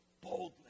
boldly